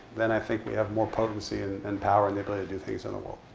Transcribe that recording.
then i think we have more potency, and and power, and the ability to do things in a world.